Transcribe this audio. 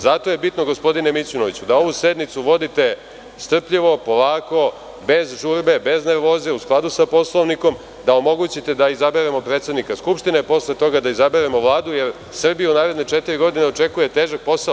Zato je bitno gospodine Mićunoviću da ovu sednicu vodite strpljivo, polako, bez žurbe, bez nervoze, u skladu sa Poslovnikom, da omogućite da izaberemo predsednika Skupštine, posle toga da izaberemo Vladu, jer Srbiju u naredne četiri godine očekuje težak posao.